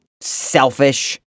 selfish